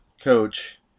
coach